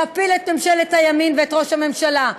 להפיל את ממשלת הימין ואת ראש הממשלה.